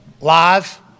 live